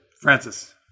Francis